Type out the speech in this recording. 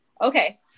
Okay